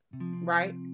Right